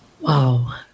Wow